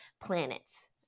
planets